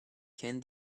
can